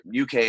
UK